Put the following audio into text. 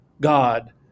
God